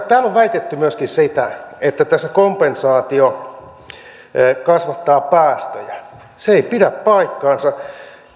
täällä on väitetty myöskin sitä että tässä kompensaatio kasvattaa päästöjä se ei pidä paikkaansa